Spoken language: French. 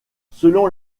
selon